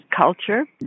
culture